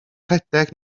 rhedeg